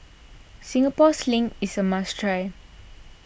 Singapore Sling is a must try